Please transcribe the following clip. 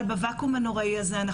אבל בוואקום הנוראי הזה,